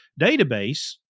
database